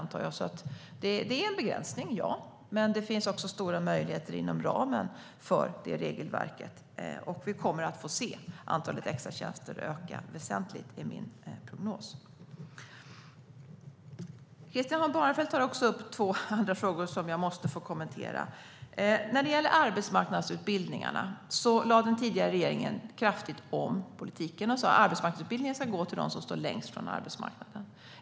Visst innebär reglerna en begränsning, men det finns också stora möjligheter inom ramen för regelverket. Vi kommer att få se antalet extratjänster öka väsentligt. Det är min prognos. Christian Holm Barenfeld tar också upp två andra frågor som jag måste få kommentera. När det gäller arbetsmarknadsutbildningarna lade den förra regeringen kraftigt om politiken. Man sa att arbetsmarknadsutbildningarna skulle gå till dem som står längst från arbetsmarknaden.